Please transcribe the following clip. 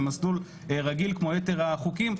במסלול רגיל כמו יתר החוקים,